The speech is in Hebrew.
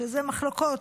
שזה מחלוקות,